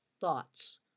thoughts